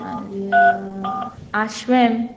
मागीर आश्वेम